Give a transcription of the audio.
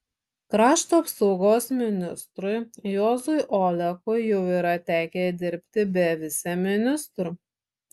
krašto apsaugos ministrui juozui olekui jau yra tekę dirbti be viceministrų